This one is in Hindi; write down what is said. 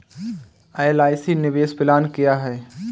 एल.आई.सी निवेश प्लान क्या है?